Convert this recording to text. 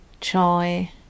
joy